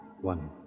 one